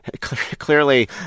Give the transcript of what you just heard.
clearly